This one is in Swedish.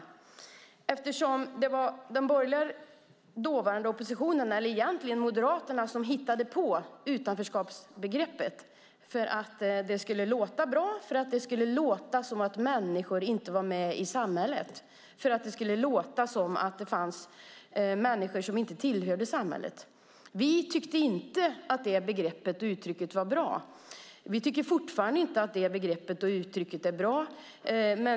Det var den borgerliga dåvarande oppositionen - eller egentligen Moderaterna - som hittade på utanförskapsbegreppet för att det skulle låta bra. Det skulle låta som om människor inte var med i samhället. Det skulle låta som om det fanns människor som inte tillhörde samhället. Vi tyckte inte att det begreppet och uttrycket var bra. Vi tycker fortfarande inte att det begreppet och uttrycket är bra.